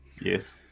Yes